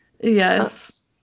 Yes